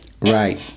Right